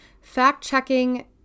Fact-checking